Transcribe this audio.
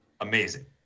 amazing